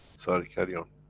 sorry, carry on.